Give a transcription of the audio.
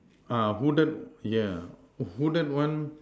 ah hooded yeah hooded one